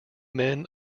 men